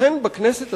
ולכן בכנסת,